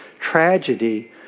tragedy